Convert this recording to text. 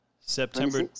September